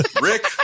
Rick